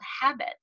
habits